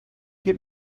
get